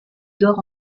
dort